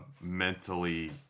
mentally